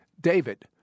David